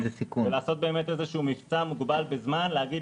ולעשות באמת איזה שהוא מבצע מוגבל בזמן להגיד